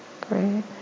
great